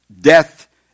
death